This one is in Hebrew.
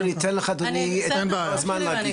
אנחנו ניתן לך אדוני את כל הזמן להגיב.